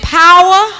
power